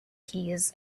keys